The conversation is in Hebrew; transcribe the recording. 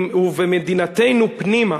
"ובמדינתנו פנימה